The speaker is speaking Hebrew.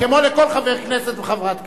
כמו לכל חבר כנסת וחברת כנסת.